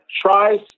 tries